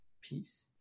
peace